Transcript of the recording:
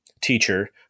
teacher